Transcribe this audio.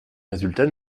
résultats